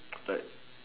like